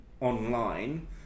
online